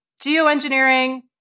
Geoengineering